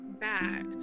back